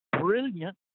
brilliant